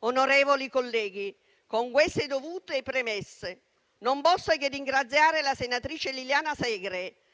Onorevoli colleghi, con queste dovute premesse non posso che ringraziare la senatrice Liliana Segre